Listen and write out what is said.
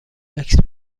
عکس